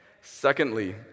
Secondly